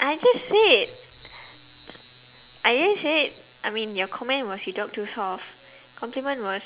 I just said I just said I mean your comment was you talk too soft compliment was